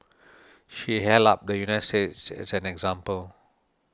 she held up the United States as an example